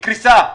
קריסה.